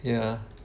ya